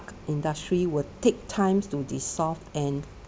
industry will take times to dissolve and